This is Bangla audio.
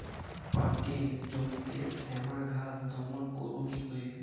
পাটের জমিতে শ্যামা ঘাস দমন করবো কি করে?